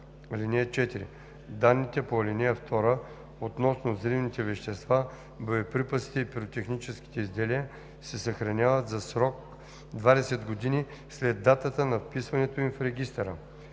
„(4) Данните по ал. 2 относно взривните вещества, боеприпасите и пиротехническите изделия се съхраняват за срок 20 години след датата на вписването им в регистъра.